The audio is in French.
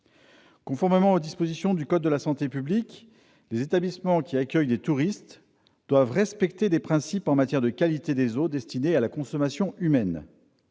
Conformément aux dispositions du code de la santé publique, les établissements qui accueillent des touristes doivent respecter des principes en matière de qualité des eaux destinées à la consommation humaine.